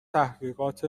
تحقیقات